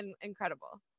incredible